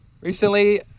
Recently